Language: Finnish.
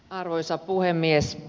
arvoisa puhemies